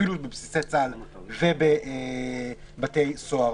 אפילו בבסיסי צה"ל ובבתי סוהר